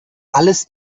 alles